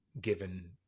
given